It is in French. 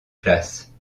place